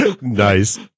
Nice